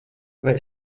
vai